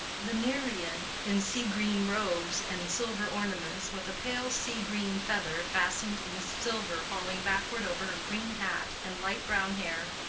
the nereid in sea-green robes and silver ornaments, with a pale sea-green feather fastened in silver falling backward over her green hat and light brown hair,